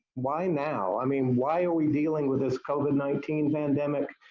why now? i mean, why are we dealing with this covid nineteen pandemic,